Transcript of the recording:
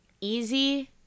easy